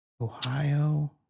Ohio